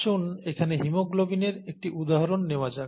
আসুন এখানে হিমোগ্লোবিনের একটি উদাহরণ নেওয়া যাক